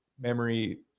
memory